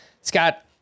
Scott